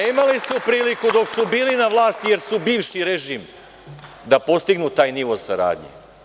A imali su priliku dok su bili na vlasti, jer su bivši režim, da postignu taj nivo saradnje.